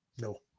no